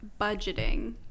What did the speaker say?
budgeting